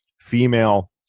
female